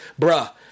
bruh